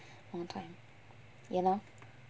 on time ya lor